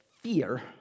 Fear